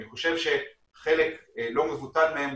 אני חושב שחלק לא מבוטל מהם,